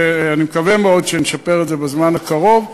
ואני מקווה מאוד שנשפר את זה בזמן הקרוב.